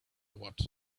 what